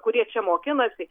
kurie čia mokinasi